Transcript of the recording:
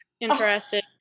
interested